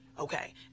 Okay